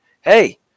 Hey